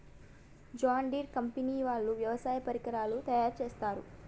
John Deere company వాళ్ళు వ్యవసాయ పరికరాలు తయారుచేస్తారు